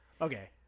Okay